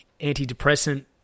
antidepressant